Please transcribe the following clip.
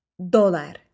Dólar